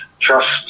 Trust